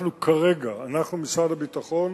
אנחנו, כרגע, משרד הביטחון